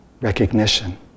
recognition